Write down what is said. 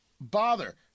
bother